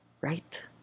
Right